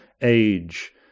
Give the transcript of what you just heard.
age